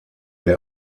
der